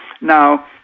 Now